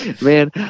Man